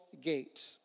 gate